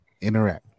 interact